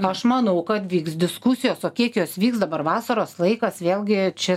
aš manau kad vyks diskusijos o kiek jos vyks dabar vasaros laikas vėlgi čia